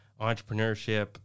entrepreneurship